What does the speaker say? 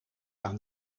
aan